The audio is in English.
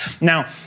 Now